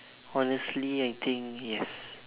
honestly I think ya